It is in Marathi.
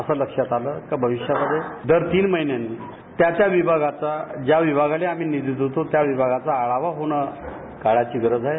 असं लक्षात आलं भविष्यामध्ये दर तीन महिन्यांनी त्या त्या विभागाचा ज्या विभागाला आम्ही निधी देत होतो त्या विभागाचा आढावा होणं काळाची गरज आहे